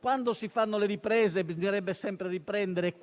quando si fanno le riprese bisognerebbe sempre riprendere